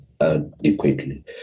adequately